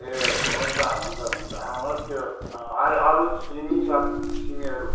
ए हुन्छ हुन्छ हुन्छ आउनुहोस् त्यो अरू सिमी सब सिमीहरू